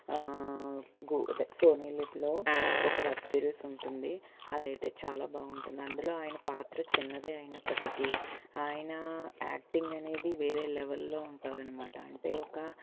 గూ అదే సోని నిక్లో ఒక వెబ్ సిరీస్ ఉంటుంది అదైతే చాలా బాగుంటుంది అందులో ఆయన పాత్ర చిన్నదే అయినప్పటికి ఆయన యాక్టింగ్ అనేది వేరే లెవెల్లో ఉంటాదనమాట అంటే ఒక